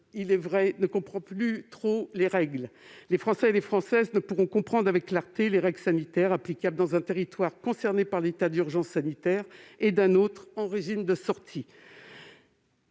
qui déjà ne comprend plus guère les règles. Les Françaises et les Français ne pourront comprendre avec clarté des règles sanitaires applicables dans un territoire concerné par l'état d'urgence sanitaire et pas dans un autre, en régime de sortie.